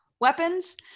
Weapons